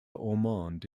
ormond